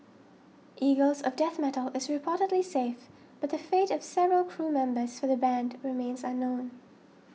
eagles of Death Metal is reportedly safe but the fate of several crew members for the band remains unknown